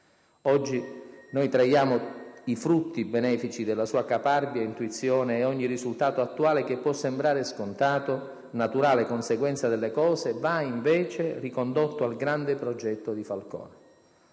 Oggi noi traiamo i frutti benefici della sua caparbia intuizione e ogni risultato attuale, che può sembrare scontato, naturale conseguenza delle cose, va, invece, ricondotto al grande progetto dì Falcone.